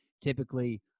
typically